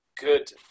Good